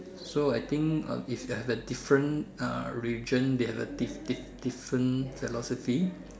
so I think uh if they have a different uh religion they have a diff diff different velocity